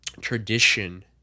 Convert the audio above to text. tradition